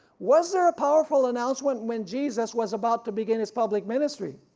was there a powerful announcement when jesus was about to begin his public ministry?